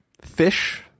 fish